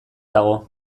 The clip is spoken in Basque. dago